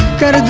good